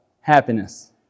happiness